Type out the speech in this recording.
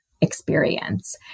experience